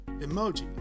emoji